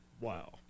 Wow